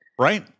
Right